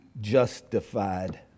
justified